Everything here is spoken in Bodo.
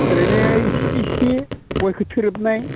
ओरैनो इसि इसि गयखौ थोरोबनाय